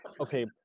Okay